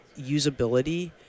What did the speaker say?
usability